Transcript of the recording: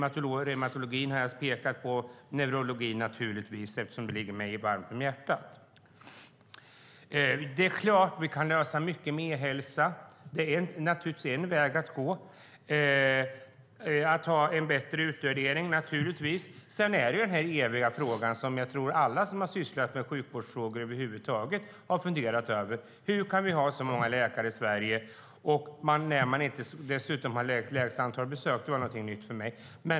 Jag har pekat på reumatologin och neurologin eftersom de ligger mig varmt om hjärtat. Det är klart att vi kan lösa mycket med e-hälsa. Det är en väg att gå. Att ha en bättre utvärdering är naturligtvis också viktigt. Sedan har vi den eviga frågan som jag tror att alla som har sysslat med sjukvårdsfrågor har funderat över. Hur kan vi ha så många läkare i Sverige när vi dessutom har lägst antal besök, vilket var någonting nytt för mig?